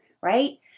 right